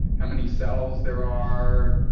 how many cells there are.